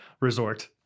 resort